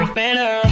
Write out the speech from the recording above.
better